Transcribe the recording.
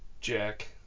Jack